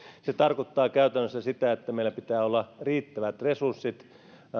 se tarkoittaa käytännössä sitä että meillä pitää olla riittävät resurssit